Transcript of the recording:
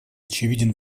очевиден